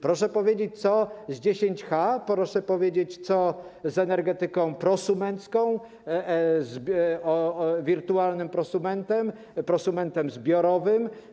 Proszę powiedzieć, co z 10H, proszę powiedzieć, co z energetyką prosumencką, z wirtualnym prosumentem, prosumentem zbiorowym.